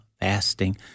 fasting